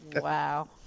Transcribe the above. Wow